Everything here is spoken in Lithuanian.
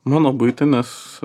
mano buitį nes